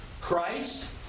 Christ